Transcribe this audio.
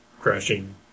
crashing